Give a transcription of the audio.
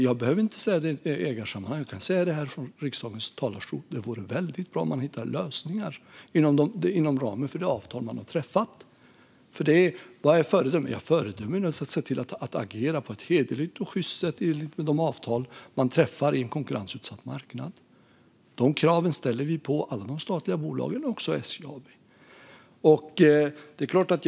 Jag behöver inte säga det i ägarsammanhang utan jag kan säga det här från riksdagens talarstol: Det vore väldigt bra om man hittade lösningar inom ramen för det avtal som man har träffat. Vad är ett föredöme? Ett föredöme är att se till att agera på hederligt och sjyst sätt i enlighet med de avtal man träffar på en konkurrensutsatt marknad. Dessa krav ställer vi på alla de statliga bolagen och också på SJ AB.